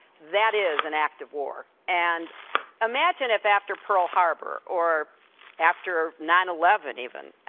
that is an act of war, and imagine if after pearl harbor or after nine eleven, even,